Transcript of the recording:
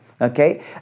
okay